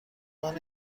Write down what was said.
منو